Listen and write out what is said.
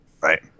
Right